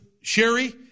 Sherry